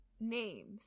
names